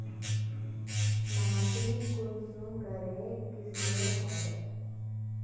माटी कुंसम करे किस्मेर होचए?